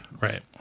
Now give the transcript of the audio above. Right